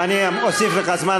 אני אוסיף לך זמן.